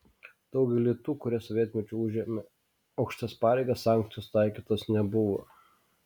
daugeliui tų kurie sovietmečiu užėmė aukštas pareigas sankcijos taikytos nebuvo